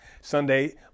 Sunday